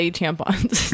tampons